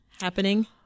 happening